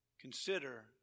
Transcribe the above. Consider